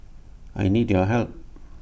I need your help